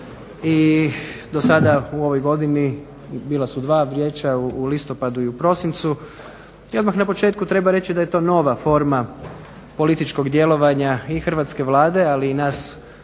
i do sada u ovoj godini bila su dva vijeća, u listopadu i u prosincu, i odmah na početku treba reći da je to nova forma političkog djelovanja i Hrvatske Vlade, ali i nas